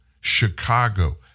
Chicago